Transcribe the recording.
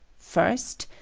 first,